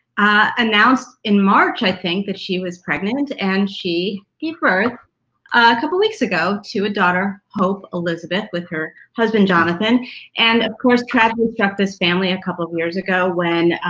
announced in march, i think, that she was pregnant and and she gave birth a couple weeks ago to a daughter, hope elizabeth, with her husband, jonathan and of course, tragedy struck this family a couple of years ago when